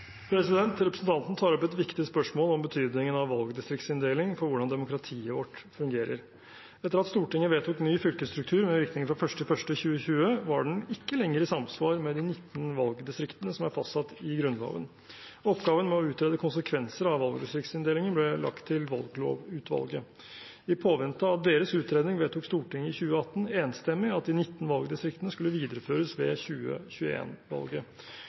Representanten tar opp et viktig spørsmål om betydningen av valgdistriktsinndeling for hvordan demokratiet vårt fungerer. Etter at Stortinget vedtok ny fylkesstruktur med virkning fra 1. januar 2020, var den ikke lenger i samsvar med de 19 valgdistriktene som er fastsatt i Grunnloven. Oppgaven med å utrede konsekvenser av valgdistriktsinndelingen ble lagt til Valglovutvalget. I påvente av deres utredning vedtok Stortinget i 2018 enstemmig at de 19 valgdistriktene skulle videreføres ved